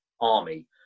army